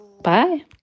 bye